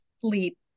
sleep